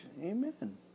Amen